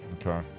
okay